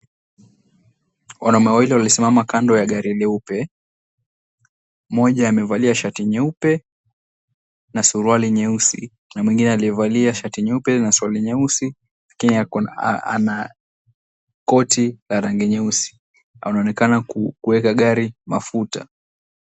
Wanaume wawili waliosimama kando ya gari jeupe, mmoja amevalia shati nyeupe na suruali nyeusi na mwingine aliyevalia shati nyeupe na suruali nyeusi . Mwingine ana koti la rangi nyeusi anaonekana kuweka gari mafuta.